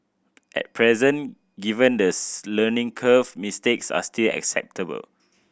at present given the learning curve mistakes are still acceptable